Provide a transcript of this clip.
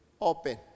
open